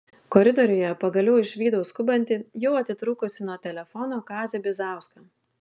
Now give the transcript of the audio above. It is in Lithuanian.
koridoriuje pagaliau išvydau skubantį jau atitrūkusį nuo telefono kazį bizauską